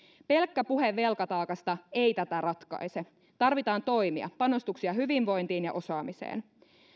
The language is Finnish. pelkkä puhe velkataakasta ei tätä ratkaise tarvitaan toimia panostuksia hyvinvointiin ja osaamiseen